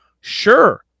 sure